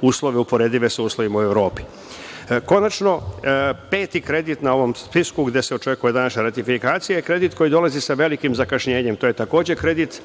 uslove uporedive sa uslovima u Evropi. Konačno, peti kredit na ovom spisku gde se očekuje današnja ratifikacija je kredit koji dolazi sa velikim zakašnjenje. To je takođe kredit